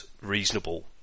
reasonable